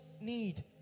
need